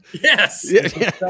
Yes